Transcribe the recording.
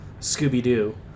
Scooby-Doo